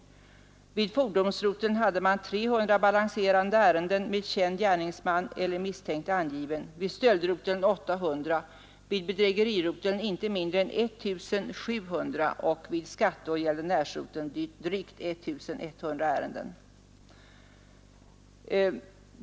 Vid fordonsroteln hade man 300 balanserade ärenden med känd gärningsman eller misstänkt angiven, vid stöldroteln 800, vid bedrägeriroteln inte mindre än 1 700 och vid skatteoch gäldenärsroteln drygt 1 100 ärenden.